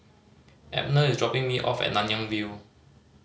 Abner is dropping me off at Nanyang View